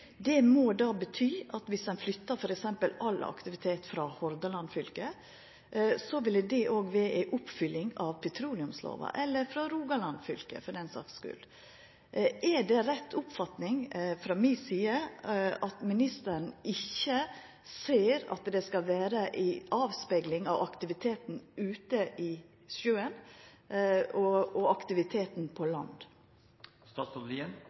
Det må då bety at dersom ein flyttar f.eks. all aktivitet frå Hordaland fylke, vil det òg vera ei oppfylling av petroleumslova – eller frå Rogaland fylke for den saks skuld. Er det rett oppfatta frå mi side at ministeren ikkje ser at det skal vera ei avspegling av aktiviteten ute i sjøen på aktiviteten på